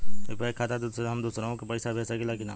UPI खाता से हम दुसरहु के पैसा भेज सकीला की ना?